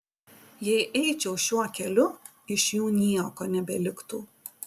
jei eičiau šiuo keliu iš jų nieko nebeliktų